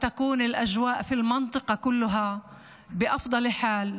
כאשר האווירה בכל האזור תהיה הכי טובה,